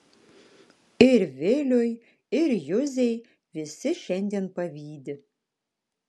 ir viliui ir juzei visi šiandien pavydi